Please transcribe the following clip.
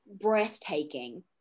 breathtaking